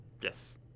Yes